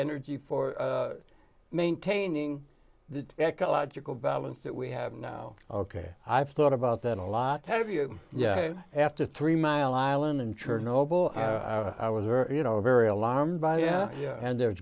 energy for maintaining the ecological balance that we have now ok i've thought about that a lot how do you yeah after three mile island and chernobyl i was very you know very alarmed by yeah yeah and the